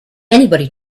anybody